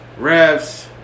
refs